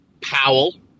Powell